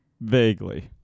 Vaguely